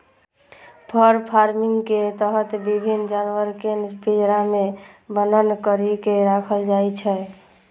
फर farming के तहत विभिन्न जानवर कें पिंजरा मे बन्न करि के राखल जाइ छै